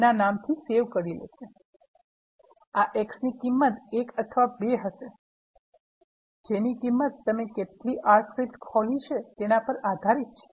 આ x ની કિંમત 1 અથવા 2 હશે જેની કિંમત તમે કેટલી R સ્ક્રિપ્ટ ખોલી છે તેના પર આધારિત છે